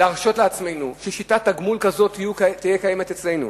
להרשות לעצמנו ששיטת תגמול כזאת תהיה קיימת אצלנו?